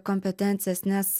kompetencijas nes